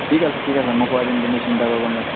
ঠিক আছে ঠিক আছে মই কৰাই দিম তুমি চিন্তা কৰিব নালাগে